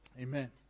Amen